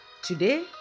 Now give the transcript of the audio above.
today